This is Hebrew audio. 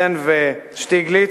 סן ושטיגליץ,